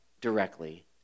directly